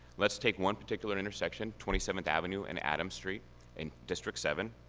let's take one particular intersection, twenty seventh avenue and adams street in district seven.